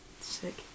Sick